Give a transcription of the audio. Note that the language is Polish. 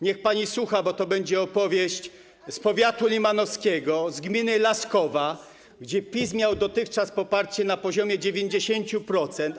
Niech pani słucha, bo to będzie opowieść z powiatu limanowskiego, z gminy Laskowa, gdzie PiS miał dotychczas poparcie na poziomie 90%.